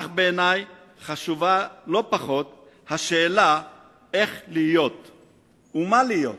אך בעיני חשובה לא פחות השאלה איך להיות ומה להיות.